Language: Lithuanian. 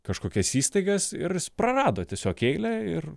kažkokias įstaigas ir jis prarado tiesiog eilę ir